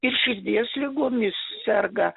ir širdies ligomis serga